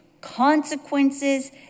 consequences